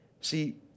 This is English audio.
See